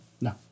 No